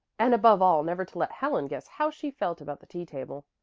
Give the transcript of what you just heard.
and above all never to let helen guess how she felt about the tea-table.